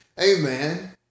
amen